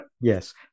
yes